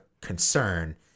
concern